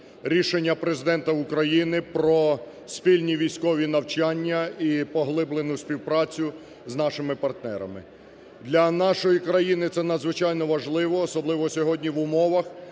рішення Президента України про спільні військові навчання і поглиблену співпрацю з нашими партнерами. Для нашої країни це надзвичайно важливо, особливо сьогодні в умовах